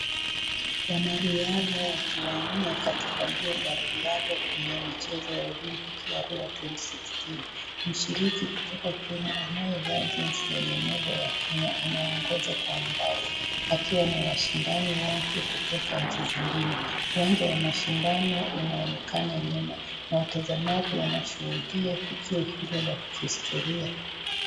Wanariadha wakiwania katika mbio za riadha kwenye michezo ya olimpiki ya Rio twenty sixteen . Mshiriki kutoka Kenya anayevaa jezi lenye nembo ya Kenya anaongoza kwa umbali akiwa na washindani wake kutoka nchi zingine . Uwanja wa mashindano unaonekana nyuma na watazamaji wanashuhudia tukio hilo la kihistoria.